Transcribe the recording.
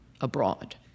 abroad